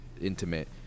intimate